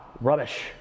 rubbish